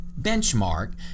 benchmark